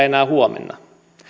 enää huomenna